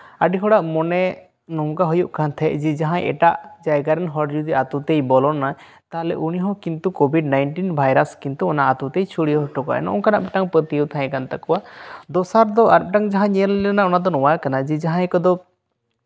ᱟᱹᱰᱤ ᱦᱚᱲᱟᱜ ᱢᱚᱱᱮ ᱱᱚᱝᱠᱟ ᱦᱩᱭᱩᱜ ᱠᱟᱱ ᱛᱟᱦᱮᱸᱜ ᱡᱮ ᱮᱴᱟᱜ ᱡᱟᱭᱜᱟ ᱨᱮᱱ ᱦᱚᱲ ᱡᱩᱫᱤ ᱟᱛᱳ ᱛᱮᱭ ᱵᱚᱞᱚᱱᱟ ᱛᱟᱦᱚᱞᱮ ᱩᱱᱤ ᱦᱚᱸ ᱠᱤᱱᱛᱩ ᱠᱳᱵᱷᱤᱰ ᱱᱟᱭᱤᱱᱴᱤᱱ ᱵᱷᱟᱭᱨᱟᱥ ᱚᱱᱟ ᱟᱛᱳ ᱛᱮᱭ ᱪᱷᱩᱲᱭᱟᱹᱣ ᱦᱚᱴᱚ ᱠᱟᱜᱼᱟ ᱱᱚᱜᱼᱚᱭ ᱱᱚᱝᱠᱟᱱᱟᱜ ᱢᱤᱫᱴᱟᱝ ᱯᱟᱹᱛᱭᱟᱹᱣ ᱛᱟᱦᱮᱸᱠᱟᱱ ᱛᱟᱠᱚᱣᱟ ᱫᱚᱥᱟᱨ ᱫᱚ ᱟᱨ ᱢᱤᱫᱴᱟᱝ ᱡᱟᱦᱟᱸ ᱧᱮᱞ ᱞᱮᱱᱟ ᱡᱮ ᱚᱱᱟ ᱫᱚ ᱱᱚᱣᱟ ᱠᱟᱱᱟ ᱡᱮ ᱡᱟᱦᱟᱸᱭ ᱠᱚᱫᱚ